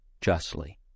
justly